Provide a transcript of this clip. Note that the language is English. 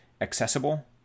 accessible